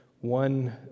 one